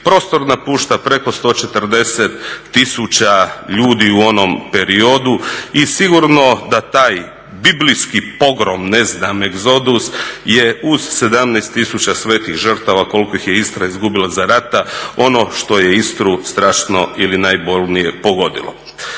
Prostor napušta preko 140 tisuća ljudi u onom periodu i sigurno da taj biblijski pogrom ne znam egzodus je uz 17 000 svetih žrtava koliko ih je Istra izgubila za rata ono što je Istru strašno ili najbolnije pogodilo.